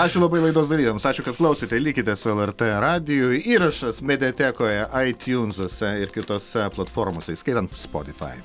ačiū labai laidos dalyviams ačiū kad klausėte likite su lrt radiju įrašas mediatekoje aitiūnzuose ir kitose platformose įskaitant spotify